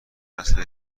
نسل